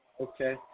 Okay